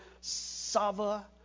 Sava